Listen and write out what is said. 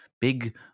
big